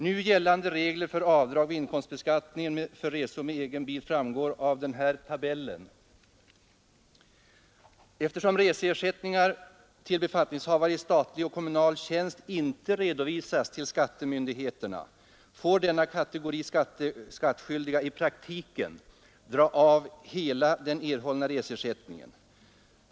Nu gällande regler för avdrag vid inkomsttaxeringen för resor med egen bil framgår av följande tabell: Eftersom reseersättningar till befattningshavare i statlig och kommunal tjänst inte redovisas till skattemyndigheterna, får denna kategori skattskyldiga i praktiken dra av hela den erhållna reseersättningen.